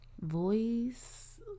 voice